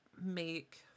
make